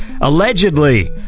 Allegedly